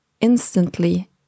instantly